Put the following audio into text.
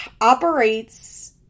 operates